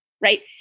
Right